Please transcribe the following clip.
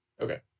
okay